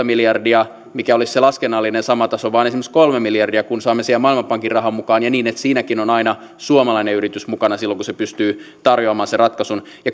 miljardia mikä olisi se laskennallinen sama taso vaan esimerkiksi kolme miljardia kun saamme siihen maailmanpankin rahaa mukaan ja niin että siinäkin on aina suomalainen yritys mukana silloin kun se pystyy tarjoamaan sen ratkaisun